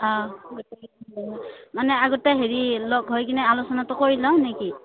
অঁ মানে আগতে হেৰি লগ হৈ কিনে আলোচনাটো কৰি লওঁ নেকি